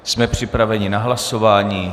Jsme připraveni na hlasování?